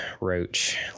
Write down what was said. roach